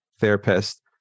therapist